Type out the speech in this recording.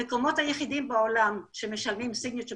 המקומות היחידים בעולם שמשלמים את זה,